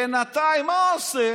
בינתיים מה עושה